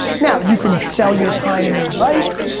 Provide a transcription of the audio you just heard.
now, you can sell your time and your advice.